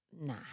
Nah